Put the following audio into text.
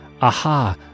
Aha